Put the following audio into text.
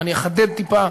ואני אחדד טיפה,